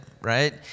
right